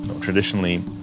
traditionally